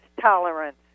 tolerance